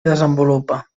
desenvolupa